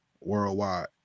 worldwide